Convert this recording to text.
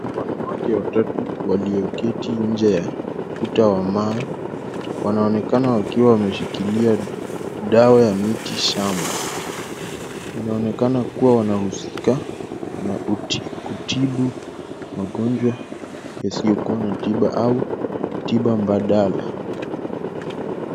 Wanawake watatu walioketi nje ya ukuta wa mawe. Wanaonekana wakiwa wameshikilia dawa ya miti shamba . Inaonekana kuwa wanahusika na kutibu magonjwa yasiyokuwa na tiba au tiba mbadala.